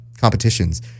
competitions